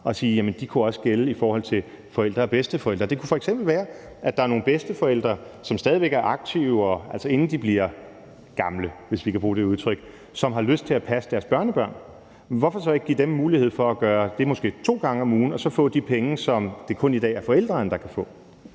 og sige, at de også kunne gælde i forhold til forældre og bedsteforældre? Det kunne f.eks. være, at der er nogle bedsteforældre, som stadig væk er aktive – altså inden de bliver gamle, hvis vi kan bruge det udtryk – og som har lyst til at passe deres børnebørn. Hvorfor så ikke give dem mulighed for at gøre det måske to gange om ugen og så få de penge, som det i dag kun er forældrene der kan få?